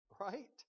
right